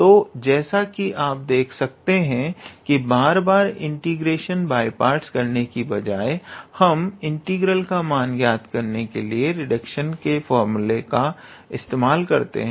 तो जैसा कि आप देख सकते हैं कि बार बार इंटीग्रेशन बाय पार्ट्स करने के बजाय हम इंटीग्रल का मान ज्ञात करने के लिए रिडक्शन फार्मूला का इस्तेमाल करते हैं